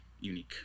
unique